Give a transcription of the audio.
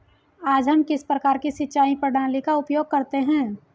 आज हम किस प्रकार की सिंचाई प्रणाली का उपयोग करते हैं?